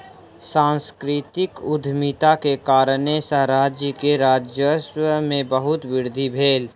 सांस्कृतिक उद्यमिता के कारणेँ सॅ राज्य के राजस्व में बहुत वृद्धि भेल